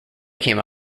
came